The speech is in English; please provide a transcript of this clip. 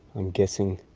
am guessing,